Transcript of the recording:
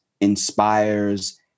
inspires